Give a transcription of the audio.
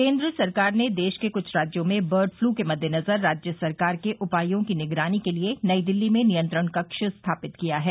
केन्द्र सरकार ने देश के कुछ राज्यों में बर्डफ्लू के मद्देनजर राज्य सरकार के उपायों की निगरानी के लिए नई दिल्ली में नियंत्रण कक्ष स्थापित किया है